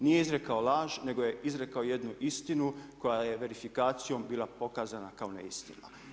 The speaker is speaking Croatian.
Nije izrekao laž, nego je izrekao jednu istinu koja je verifikacijom bila pokazana kao neistina.